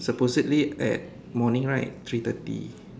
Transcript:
supposedly at morning right three thirty